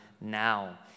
now